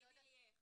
תגידי לי איך.